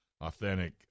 authentic